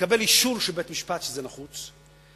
לקבל אישור של בית-משפט שזה נחוץ.